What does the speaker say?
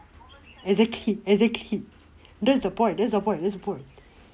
exactly exactly that's the point that's the point that's the point